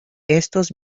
estos